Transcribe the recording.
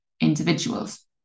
individuals